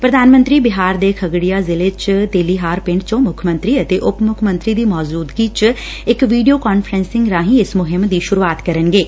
ਪ੍ਰਧਾਨ ਮੰਤਰੀ ਬਿਹਾਰ ਦੇ ਖੱਗੜੀਆ ਜ਼ਿਲ੍ਹੇ ਚ ਤੇਲੀਹਾਰ ਪਿੰਡ ਤੋਂ ਮੁੱਖ ਮੰਤਰੀ ਅਤੇ ਉਪ ਮੁੱਖ ਮੰਤਰੀ ਦੀ ਮੌਚੁਦਗੀ ਚ ਇਕ ਵੀਡੀਓ ਕਾਨਫਰੰਸਿੰਗ ਰਾਹੀ ਇਸ ਮੁਹਿੰਮ ਦੀ ਸੁਰੂਆਤ ਕਰਨਗੇ